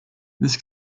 this